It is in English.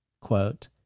quote